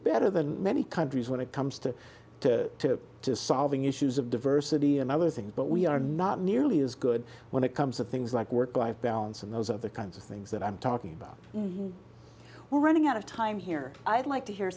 better than many countries when it comes to solving issues of diversity and other things but we are not nearly as good when it comes to things like work life balance and those are the kinds of things that i'm talking about we're running out of time here i'd like to hear